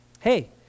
hey